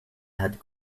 had